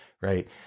right